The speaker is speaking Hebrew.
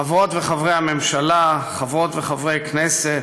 חברות וחברי הממשלה, חברות וחברי הכנסת